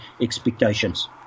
expectations